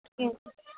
ٹھیٖک